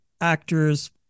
actors